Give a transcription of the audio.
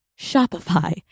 Shopify